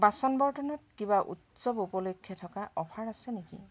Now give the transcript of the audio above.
বাচন বৰ্তনত কিবা উৎসৱ উপলক্ষে থকা অফাৰ আছে নেকি